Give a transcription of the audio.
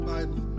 Bible